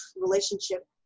relationship